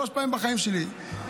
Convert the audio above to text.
שלוש פעמים בחיים שלי,